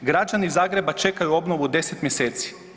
Građani Zagreba čekaju obnovu 10 mjeseci.